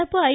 நடப்பு ஐ